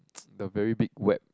the very big wet